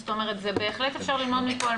זאת אומרת שבהחלט אפשר ללמוד מפה על